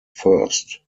first